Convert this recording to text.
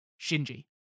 Shinji